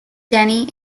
denny